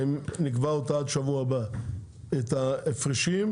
שנקבע אותה עד שבוע הבא, את ההפרשים,